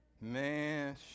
Man